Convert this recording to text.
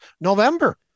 November